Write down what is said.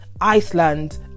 Iceland